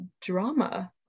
drama